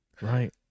right